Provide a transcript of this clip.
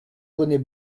bonnet